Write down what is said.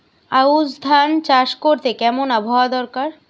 আউশ ধান চাষ করতে কেমন আবহাওয়া দরকার?